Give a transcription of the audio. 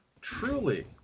truly